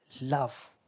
love